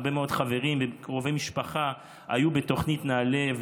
הרבה מאוד חברים וקרובי משפחה היו בתוכנית נעל"ה,